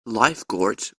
lifeguards